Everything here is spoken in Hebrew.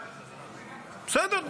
בסדר,